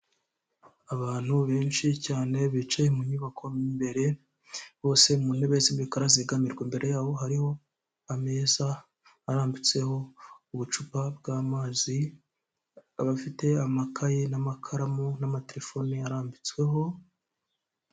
Abantu benshi cyane bicaye mu nyubako mu imbere bose mu ntebe z'imikara zigamirwa, imbere yabo hariho ameza arambitseho ubucupa bw'amazi bafite amakaye n'amakaramu n'amatelefone arambitsweho.